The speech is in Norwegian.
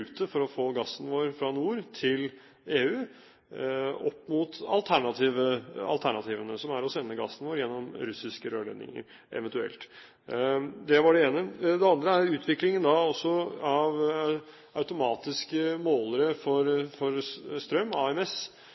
for å få gassen vår fra nord til EU, opp mot alternativene, som eventuelt er å sende gassen vår gjennom russiske rørledninger. Det var det ene. Det andre gjelder utviklingen av automatiske målere for strøm, AMS.